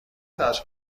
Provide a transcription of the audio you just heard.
بود